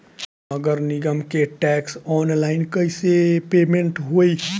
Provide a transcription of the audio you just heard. नगर निगम के टैक्स ऑनलाइन कईसे पेमेंट होई?